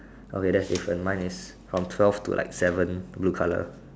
okay that's different mine is from twelve to like seven blue color